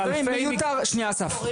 שנייה אסף.